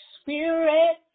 spirit